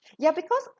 ya because